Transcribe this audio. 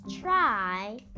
try